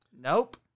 Nope